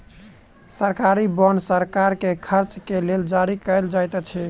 सरकारी बांड सरकार के खर्च के लेल जारी कयल जाइत अछि